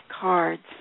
cards